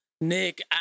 Nick